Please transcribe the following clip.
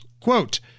Quote